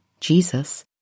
Jesus